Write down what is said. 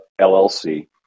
LLC